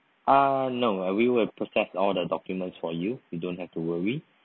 ah no we will process all the documents for you you don't have to worry